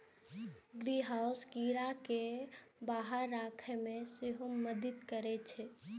greenhouse कीड़ा कें बाहर राखै मे सेहो मदति करै छै